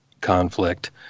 conflict